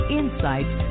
insights